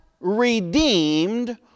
redeemed